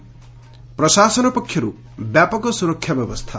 ପ୍ରଶାସନ ପକ୍ଷର୍ଠ ବ୍ୟାପକ ସୁରକ୍ଷା ବ୍ୟବସ୍ଥା